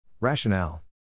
Rationale